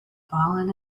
fallen